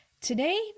today